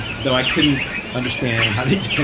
though i couldn't understand how did it.